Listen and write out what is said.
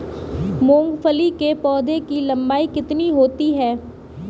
मूंगफली के पौधे की लंबाई कितनी होती है?